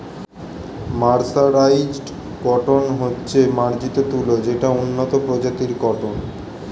mercerised cotton হচ্ছে মার্জিত তুলো যেটা উন্নত প্রজাতির কটন